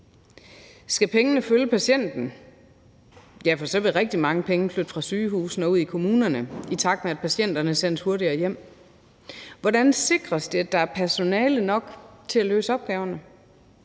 Skal pengene følge patienten? For så vil rigtig mange penge flytte fra sygehusene og ud i kommunerne, i takt med at patienterne sendes hurtigere hjem. Hvordan sikres det, at der er personale nok til at løse opgaverne?